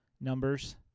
numbers